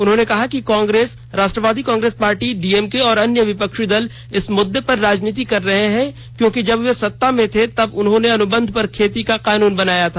उन्होंने कहा कि कांग्रेस राष्ट्रवादी कांग्रेस पार्टी डीएमके और अन्य विपक्षी दल इस मुद्दे पर राजनीति कर रहे हैं क्योंकि जब वे सत्ता में थे तो उन्होंने अनुबंध पर खेती का कानून बनाया था